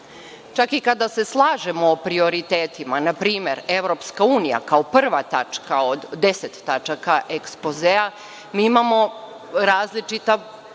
i kada se slažemo o prioritetima, na primer, Evropska unija kao prva tačka od deset tačaka ekspozea, imamo različita